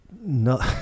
no